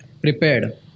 prepared